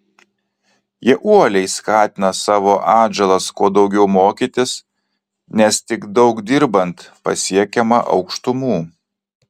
jie uoliai skatina savo atžalas kuo daugiau mokytis nes tik daug dirbant pasiekiama aukštumų